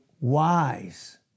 wise